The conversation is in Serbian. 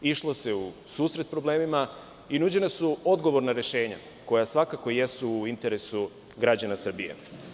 Išlo se u susret problemima i nuđena su odgovorna rešenja, koja svakako jesu u interesu građana Srbije.